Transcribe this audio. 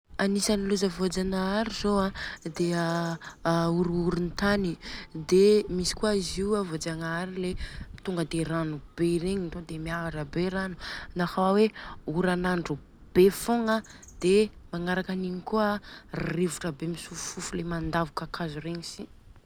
Agnisany loza voajagnahary zô an de horohorontany, de misy kôa izy Io voajagnahary de tonga de rano be regny de miakatra be rano, na kôa hoe oranandro be fogna de magnaraka anigny kôa rivotra be mifofofofo le mandavo kakazo regny sy.